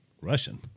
Russian